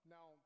Now